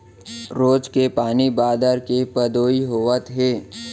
रोज के पानी बादर के पदोई होवत हे